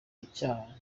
icyaha